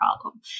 problem